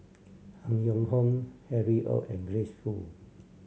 Han Yong Hong Harry Ord and Grace Fu